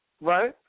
right